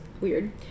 weird